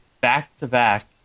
back-to-back